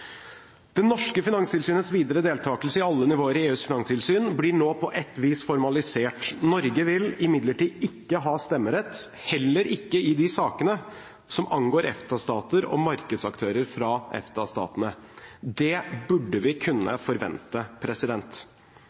Det norske finanstilsynets videre deltakelse i alle nivåer i EUs finanstilsyn blir nå på et vis formalisert. Norge vil imidlertid ikke ha stemmerett, heller ikke i de sakene som angår EFTA-stater og markedsaktører fra EFTA-statene. Det burde vi kunne forvente.